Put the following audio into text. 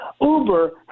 Uber